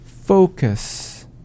focus